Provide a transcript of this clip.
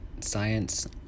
science